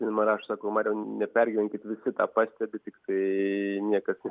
ir man rašo sako mariau nepergyvenkit visi tą pastebi tiktai niekas